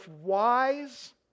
wise